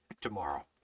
tomorrow